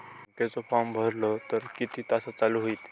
बँकेचो फार्म भरलो तर किती तासाक चालू होईत?